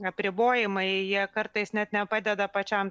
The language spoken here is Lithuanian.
apribojimai jie kartais net nepadeda pačiam